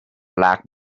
black